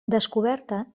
descoberta